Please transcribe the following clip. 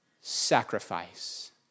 sacrifice